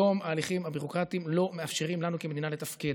היום ההליכים הביורוקרטיים לא מאפשרים לנו כמדינה לתפקד.